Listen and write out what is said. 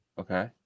Okay